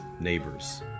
neighbors